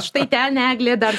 štai ten eglė dar